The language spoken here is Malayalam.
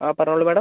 ആ പറഞ്ഞോളൂ മാഡം